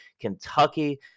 Kentucky